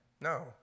No